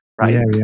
right